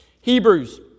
Hebrews